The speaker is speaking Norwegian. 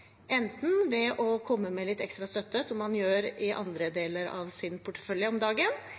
enten ved å komme med litt ekstra støtte, som han gjør i andre deler av sin portefølje